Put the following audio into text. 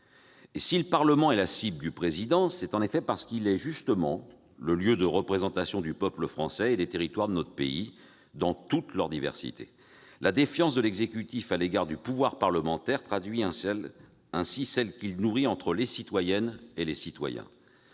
Si le Parlement est la cible du Président, c'est justement parce qu'il est le lieu de représentation du peuple français et des territoires de notre pays, dans toute leur diversité. La défiance de l'exécutif à l'égard du pouvoir parlementaire traduit ainsi celle qu'il nourrit envers les citoyennes et les citoyens.